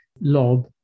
lob